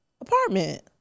Apartment